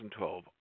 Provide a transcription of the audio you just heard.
2012